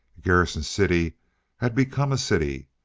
garrison city had become a city.